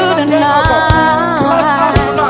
tonight